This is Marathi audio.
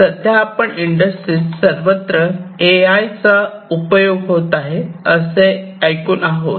सध्या आपण इंडस्ट्रीत सर्वत्र ए आय चा उपयोग होत आहे असे ऐकून आहोत